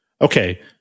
okay